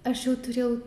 aš jau turėjau